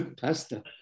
pasta